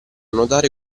nuotare